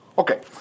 Okay